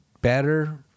better